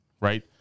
right